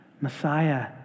Messiah